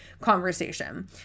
conversation